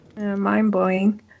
mind-blowing